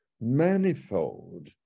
manifold